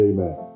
Amen